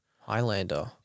Highlander